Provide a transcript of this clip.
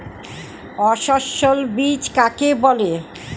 অসস্যল বীজ কাকে বলে?